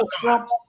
Trump